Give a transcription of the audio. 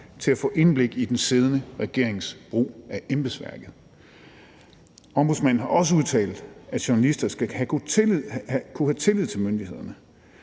til at få indblik i den siddende regerings brug af embedsværket. Ombudsmanden har også udtalt, at journalister skal kunne have tillid til myndighederne.